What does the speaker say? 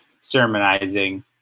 sermonizing